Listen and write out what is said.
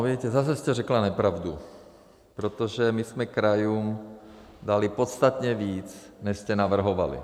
Víte, zase jste řekla nepravdu, protože my jsme krajům dali podstatně víc, než jste navrhovali.